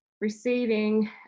receiving